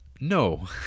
No